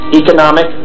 economic